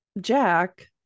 Jack